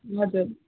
हजुर